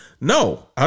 No